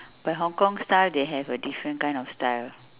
but hong-kong style they have a different kind of style